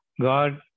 God